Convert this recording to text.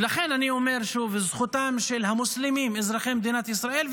ולכן אני אומר שוב: זכותם של המוסלמים אזרחי מדינת ישראל,